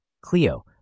Cleo